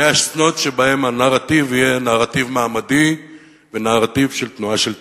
100 שנים שבהן הנרטיב יהיה נרטיב מעמדי ונרטיב של תנועה של תיקון.